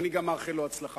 ואני גם מאחל לו הצלחה.